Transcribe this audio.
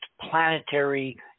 planetary